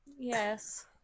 Yes